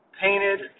Painted